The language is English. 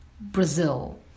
Brazil